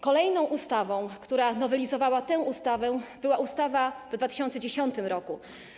Kolejną ustawą, która nowelizowała tę ustawę, była ustawa z 2010 r.